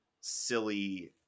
silly